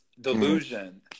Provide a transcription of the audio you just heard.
delusion